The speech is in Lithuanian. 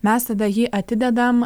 mes tada jį atidedam